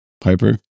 Piper